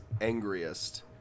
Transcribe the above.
Angriest